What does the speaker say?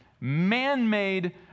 man-made